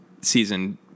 season